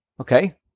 Okay